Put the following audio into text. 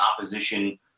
opposition